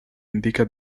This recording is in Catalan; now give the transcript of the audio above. indica